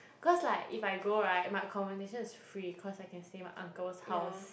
cause like if I go right my accommodation is free cause I can stay my uncle's house